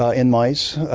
ah in mice.